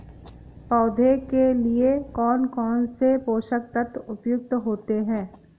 पौधे के लिए कौन कौन से पोषक तत्व उपयुक्त होते हैं?